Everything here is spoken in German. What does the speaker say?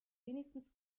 wenigstens